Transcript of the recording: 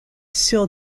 sur